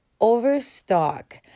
Overstock